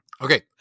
Okay